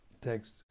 Text